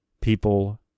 people